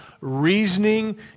reasoning